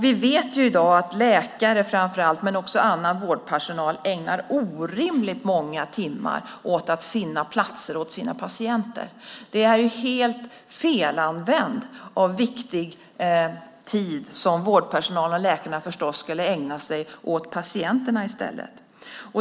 Vi vet i dag att framför allt läkare men också annan vårdpersonal ägnar orimligt många timmar åt att finna platser åt sina patienter. Det här är en total felanvändning av viktig tid som vårdpersonal och läkare förstås skulle ägna åt patienterna i stället.